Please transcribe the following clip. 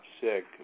sick